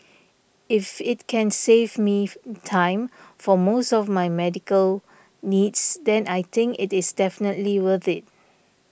if it can save me time for most of my medical needs then I think it is definitely worth it